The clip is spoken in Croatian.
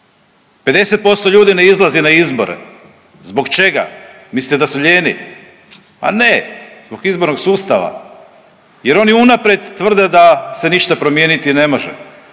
50% ljudi ne izlazi na izbore. Zbog čega? Mislite da su lijeni? Pa ne. Zbog izbornog sustava jer oni unaprijed tvrde da se ništa promijeniti ne može.